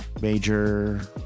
Major